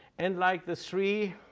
and like the three